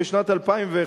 ובשנת 2011,